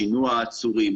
שינוע העצורים,